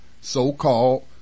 so-called